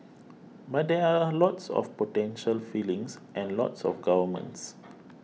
but there are lots of potential feelings and lots of governments